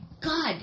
God